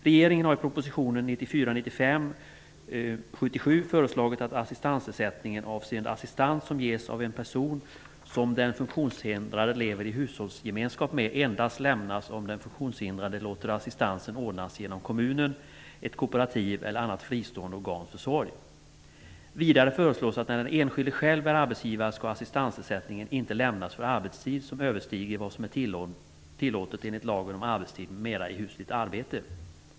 Regeringen har i proposition 1994/95:77 föreslagit att assistansersättning avseende assistans som ges av en person som den funktionshindrade lever i hushållsgemenskap med endast skall lämnas om den funktionshindrade låter assistansen ordnas genom kommunens, ett kooperativs eller annat fristående organs försorg. Vidare föreslås att när den enskilde själv är arbetsgivare skall assistansersättningen inte lämnas för arbetstid som överstiger vad som är tillåtet enligt lagen om arbetstid m.m. i husligt arbete.